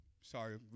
Sorry